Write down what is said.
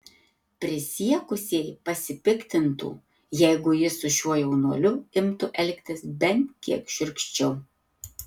prisiekusieji pasipiktintų jeigu jis su šiuo jaunuoliu imtų elgtis bent kiek šiurkščiau